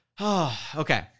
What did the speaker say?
Okay